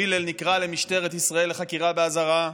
הלל נקרא למשטרת ישראל לחקירה באזהרה.